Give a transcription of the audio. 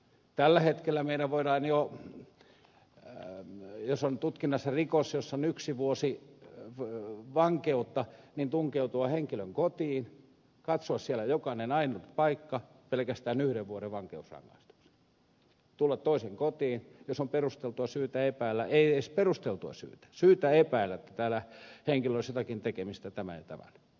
tällä hetkellä meillä voidaan jo jos on tutkinnassa rikos jossa on yksi vuosi vankeutta tunkeutua henkilön kotiin katsoa siellä jokainen ainut paikka pelkästään yhden vuoden vankeusrangaistuksella tulla toisen kotiin jos on perusteltua syytä epäillä ei edes perusteltua syytä syytä epäillä että tällä henkilöllä olisi jotakin tekemistä tämän ja tämän kanssa